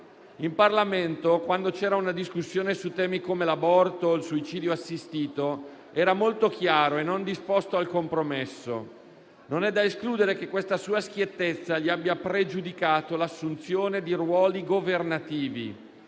In Parlamento, quando c'era una discussione su temi come l'aborto o il suicidio assistito, era molto chiaro e non disposto al compromesso. Non è da escludere che questa sua schiettezza gli abbia pregiudicato l'assunzione di ruoli governativi.